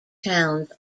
towns